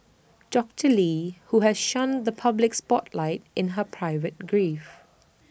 doctor lee who has shunned the public spotlight in her private grief